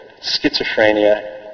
schizophrenia